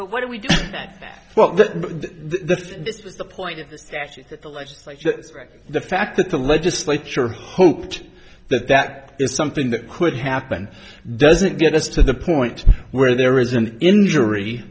but what do we do that well that was the point to the fact that the legislature hoped that that is something that could happen doesn't get us to the point where there is an injury